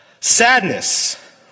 Sadness